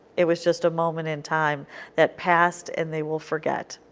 it was just a moment in time that passed, and they will forget.